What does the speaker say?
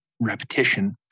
repetition